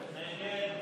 קבוצת סיעת יהדות